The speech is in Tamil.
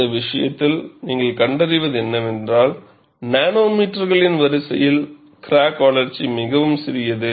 இந்த விஷயத்தில் நீங்கள் கண்டறிவது என்னவென்றால் நானோமீட்டர்களின் வரிசையில் கிராக் வளர்ச்சி மிகவும் சிறியது